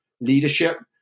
leadership